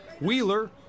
Wheeler